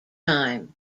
time